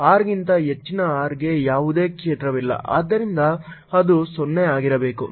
r ಗಿಂತ ಹೆಚ್ಚಿನ R ಗೆ ಯಾವುದೇ ಕ್ಷೇತ್ರವಿಲ್ಲ ಆದ್ದರಿಂದ ಅದು 0 ಆಗಿರಬೇಕು